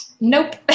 nope